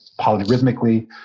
polyrhythmically